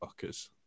fuckers